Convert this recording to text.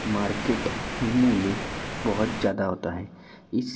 market मूल्य बहहुत ज़्यादा होता है इस